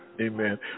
Amen